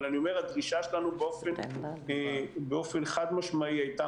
אבל אני אומר שהדרישה שלנו באופן חד-משמעי היתה